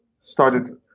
started